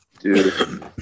Dude